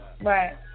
Right